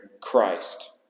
Christ